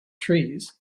trees